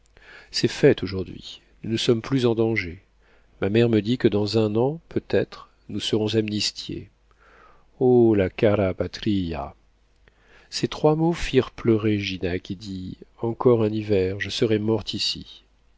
c'est fête aujourd'hui nous ne sommes plus en danger ma mère me dit que dans un an peut-être nous serons amnistiés oh la cara patria ces trois mots firent pleurer gina qui dit encore un hiver je serais morte ici